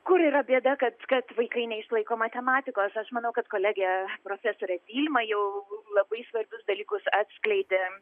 kur yra bėda kad kad vaikai neišlaiko matematikos aš manau kad kolegė profesorė vilma jau labai svarbius dalykus atskleidė